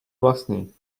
vlastní